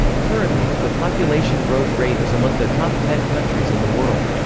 currently, the population growth rate is among the top ten countries in the world.